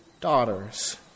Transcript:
daughters